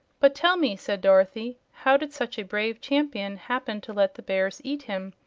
but tell me, said dorothy, how did such a brave champion happen to let the bears eat him?